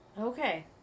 Okay